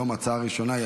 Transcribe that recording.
14 בעד, אין מתנגדים.